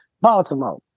Baltimore